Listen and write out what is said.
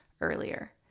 earlier